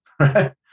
right